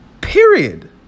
Period